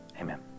Amen